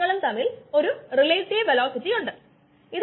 കൂടാതെ ഈ റിയാക്ഷൻ വേഗതയുള്ളതാണ്